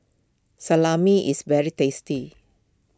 Salami is very tasty